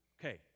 Okay